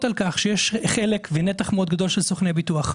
על כך שיש חלק ונתח מאוד גדול של סוכני ביטוח.